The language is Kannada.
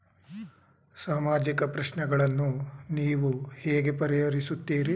ಸಾಮಾಜಿಕ ಪ್ರಶ್ನೆಗಳನ್ನು ನೀವು ಹೇಗೆ ಪರಿಹರಿಸುತ್ತೀರಿ?